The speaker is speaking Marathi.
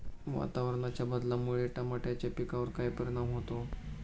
वातावरणाच्या बदलामुळे टमाट्याच्या पिकावर काय परिणाम होतो?